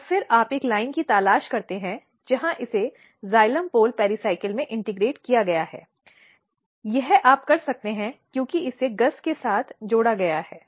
और फिर आप एक लाइन की तलाश करते हैं जहां इसे जाइलम पोल पेरिसायकल में इंटीग्रेट किया गया है यह आप कर सकते हैं क्योंकि इसे GUS के साथ जोड़ा गया है